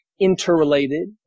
interrelated